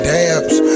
Dabs